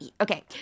okay